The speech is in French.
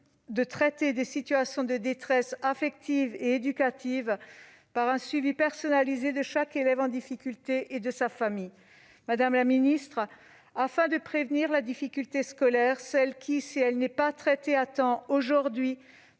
de traiter des situations de détresse affective et éducative par un suivi personnalisé de chaque élève en difficulté et de sa famille. Madame la secrétaire d'État, il faut prévenir la difficulté scolaire et la traiter à temps aujourd'hui,